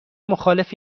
مخالف